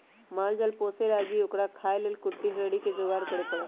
माल जाल पोशे लागी ओकरा खाय् लेल कुट्टी हरियरी कें जोगार करे परत